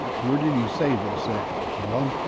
where did he say this at? well,